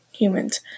Humans